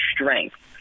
strength